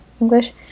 English